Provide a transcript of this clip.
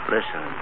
Listen